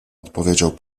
odpowiedział